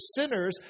sinners